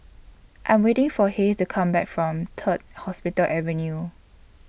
I Am waiting For Hays to Come Back from Third Hospital Avenue